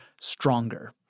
stronger